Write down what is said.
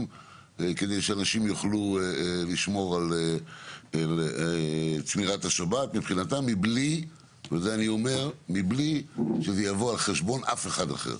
שמאפשרים לאנשים לשמור על השבת מבלי שזה יבוא על חשבון אף אחד אחר.